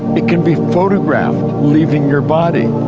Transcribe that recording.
it can be photographed, leaving your body.